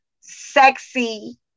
sexy